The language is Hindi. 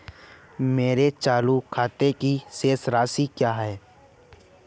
मेरे चालू खाते की शेष राशि क्या है?